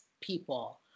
people